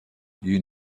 you